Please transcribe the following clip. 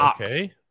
okay